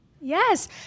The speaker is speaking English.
Yes